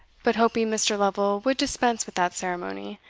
but hoping mr. lovel would dispense with that ceremony,